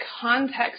context